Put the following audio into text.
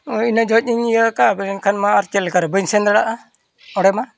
ᱦᱳᱭ ᱤᱱᱟᱹ ᱡᱚᱦᱚᱜ ᱤᱧ ᱤᱭᱟᱹ ᱟᱠᱟᱜ ᱢᱮᱱᱠᱷᱟᱱ ᱢᱟ ᱪᱮᱫ ᱞᱮᱠᱟᱨᱮ ᱵᱟᱹᱧ ᱥᱮᱱ ᱫᱟᱲᱮᱭᱟᱜᱼᱟ ᱚᱸᱰᱮ ᱢᱟ